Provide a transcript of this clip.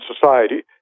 society